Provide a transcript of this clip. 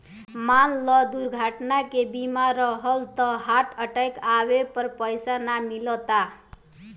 मान ल दुर्घटना के बीमा रहल त हार्ट अटैक आवे पर पइसा ना मिलता